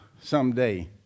someday